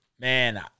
Man